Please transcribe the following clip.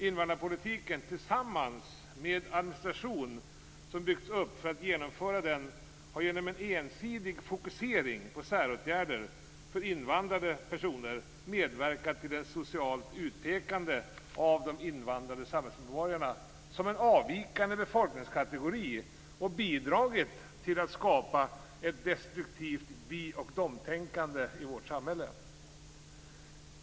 Invandrarpolitiken, tillsammans med administration som byggts upp för att genomföra den, har genom en ensidig fokusering på säråtgärder för invandrade personer medverkat till ett socialt utpekande av de invandrade samhällsmedborgarna som en avvikande befolkningskategori och har bidragit till att skapa ett destruktivt vi-och-detänkande i samhället.